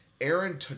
Aaron